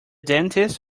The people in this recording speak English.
dentist